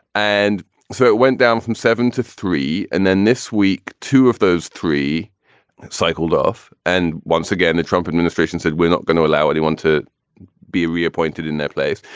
and so it went down from seven to three. and then this week, two of those three cycled off. and once again, the trump administration said we're not going to allow anyone to be reappointed in that place,